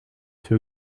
too